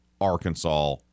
Arkansas